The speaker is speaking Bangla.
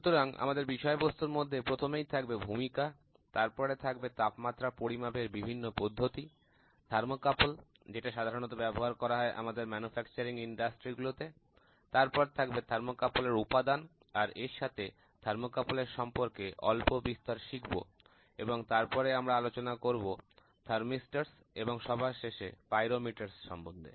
সুতরাং আমাদের বিষয়বস্তুর মধ্যে প্রথমেই থাকবে ভূমিকা তারপরে থাকবে তাপমাত্রা পরিমাপের বিভিন্ন পদ্ধতি থার্মোকাপল যেটা সাধারণত ব্যবহার করা হয় আমাদের ম্যানুফ্যাকচারিং ইন্ডাস্ট্রি গুলোতে তারপরে থাকবে থার্মোকাপল এর উপাদান আর এর সাথে থার্মোকাপলের সম্পর্কে অল্প বিস্তর শিখব আর তারপরে আমরা আলোচনা করব থার্মিস্টর এবং সবার শেষে পাইরোমিটার সম্বন্ধে